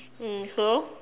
mm so